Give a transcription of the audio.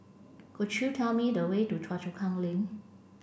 could you tell me the way to Choa Chu Kang Link